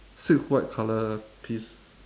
six white colour piece